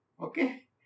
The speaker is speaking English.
Okay